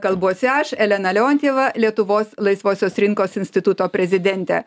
kalbuosi aš elena leontjeva lietuvos laisvosios rinkos instituto prezidentė